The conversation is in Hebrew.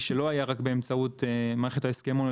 שלא היה רק באמצעות מערכת ההסכמון,